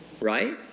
right